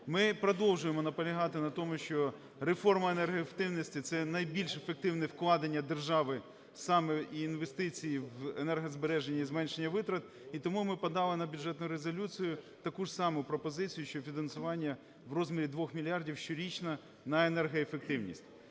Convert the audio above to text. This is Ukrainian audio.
Ми продовжуємо наполягати на тому, що реформа енергоефективності – це найбільш ефективне вкладання держави саме і інвестиції в енергозбереження і зменшення витрат. І тому ми подали на Бюджетну резолюцію таку ж саму пропозицію, що фінансування в розмірі 2 мільярдів щорічно на енергоефективність.